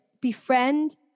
befriend